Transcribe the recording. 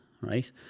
right